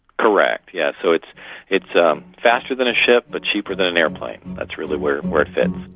correct, yes. so it's it's um faster than a ship, but cheaper than an airplane. that's really where where it fits.